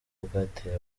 bwateye